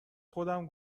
خودم